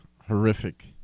horrific